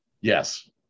Yes